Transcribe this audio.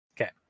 okay